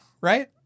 right